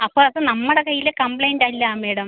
അപ്പം അത് നമ്മുടെ കൈയിലെ കംപ്ലയിൻറ്റ് അല്ല മാഡം